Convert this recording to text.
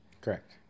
correct